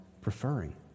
preferring